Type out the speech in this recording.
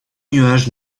nuages